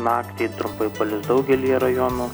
naktį trumpai palis daugelyje rajonų